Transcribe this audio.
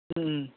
ꯎꯝ